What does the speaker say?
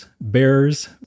bears